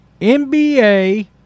NBA